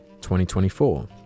2024